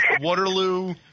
Waterloo